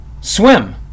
swim